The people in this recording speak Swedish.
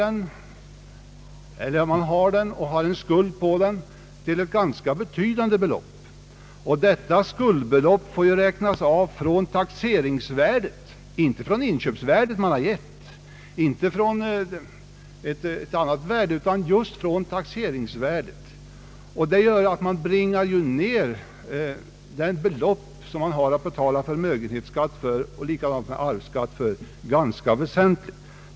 Man köper fastigheten och har en skuld på den till ett ganska betydande belopp. Detta skuldbelopp får räknas av från taxeringsvärdet — inte från inköpsvärdet eller något annat värde. Det gör att man ganska väsentligt bringar ned det belopp man har att betala i förmögenhetsskatt och arvsskatt.